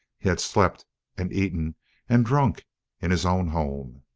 he had slept and eaten and drunk in his own home.